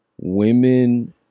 Women